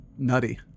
nutty